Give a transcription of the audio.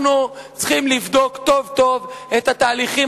אנחנו צריכים לבדוק טוב טוב את התהליכים